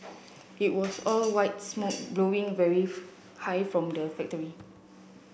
it was all white smoke blowing very high from the factory